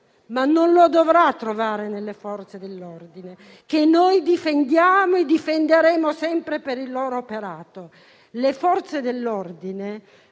Ma non lo dovrà trovare nelle Forze dell'ordine, che noi difendiamo e difenderemo sempre per il loro operato. Le Forze dell'ordine